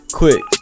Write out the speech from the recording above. quick